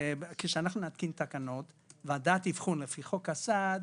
כשאנחנו נתקין תקנות, ועדת אבחון לפי חוק הסעד